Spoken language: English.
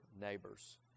neighbors